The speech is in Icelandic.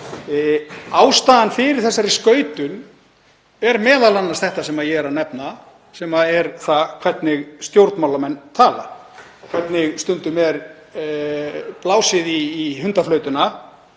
Ástæðan fyrir þessari skautun er m.a. það sem ég er að nefna, sem er það hvernig stjórnmálamenn tala, hvernig stundum er blásið í hundaflautuna